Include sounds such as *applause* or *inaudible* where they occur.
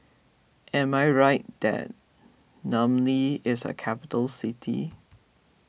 am I right that *unintelligible* is a capital city